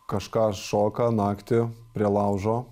kažką šoka naktį prie laužo